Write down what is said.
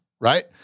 right